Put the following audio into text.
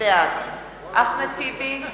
בעד אחמד טיבי,